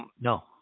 no